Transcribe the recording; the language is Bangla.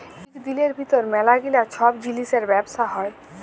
ইক দিলের ভিতর ম্যালা গিলা ছব জিলিসের ব্যবসা হ্যয়